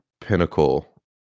pinnacle